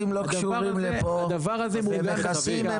מכסים לא קשורים לפה, המכסים הם